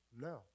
no